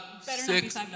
six